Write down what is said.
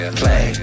play